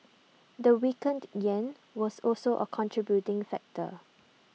the weakened Yen was also A contributing factor